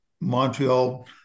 Montreal